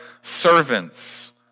servants